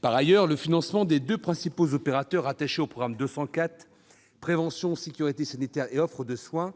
Par ailleurs, le financement des deux principaux opérateurs rattachés au programme 204, « Prévention, sécurité sanitaire et offre de soins »,